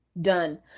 done